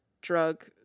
drug